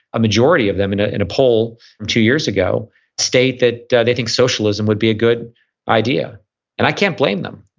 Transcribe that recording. a majority of them in ah in a poll two years ago state that they think socialism would be a good idea and i can't blame them.